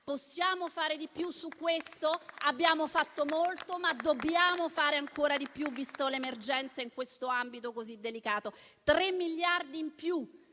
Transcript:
Possiamo fare di più? Su questo abbiamo fatto molto, ma dobbiamo fare ancora di più, vista l'emergenza in questo ambito così delicato. Abbiamo